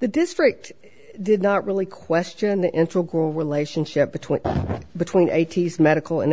the district did not really question the relationship between between eighty's medical and